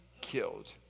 killed